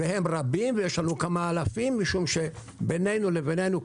והם רבים ויש לנו כמה אלפיםץ משום שביננו לביננו,